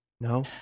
No